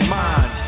mind